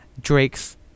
Drake's